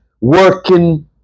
working